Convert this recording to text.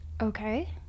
Okay